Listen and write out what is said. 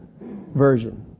version